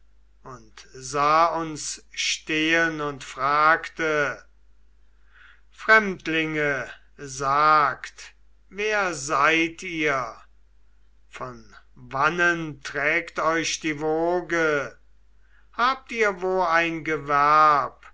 und sah uns stehen und fragte fremdlinge sagt wer seid ihr von wannen trägt euch die woge habt ihr wo ein gewerb